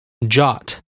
Jot